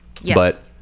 Yes